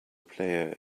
player